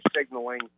signaling